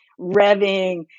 revving